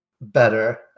better